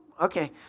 Okay